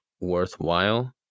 worthwhile